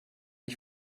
ich